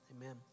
amen